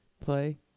play